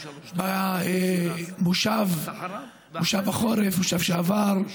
העבירה, במושב החורף, במושב שעבר,